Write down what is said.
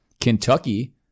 Kentucky